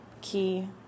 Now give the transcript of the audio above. key